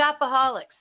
Shopaholics